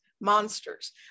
monsters